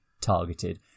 targeted